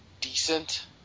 decent